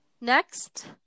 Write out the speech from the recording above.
Next